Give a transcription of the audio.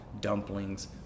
dumplings